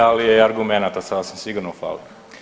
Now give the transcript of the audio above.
Ali argumenata sasvim sigurno fali.